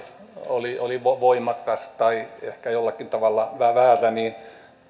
oli oli voimakas tai ehkä jollakin tavalla väärä väärä niin